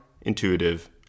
intuitive